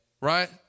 right